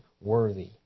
worthy